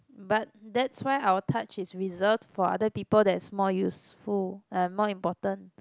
but that's why our touch is reserved for other people that's more useful and more important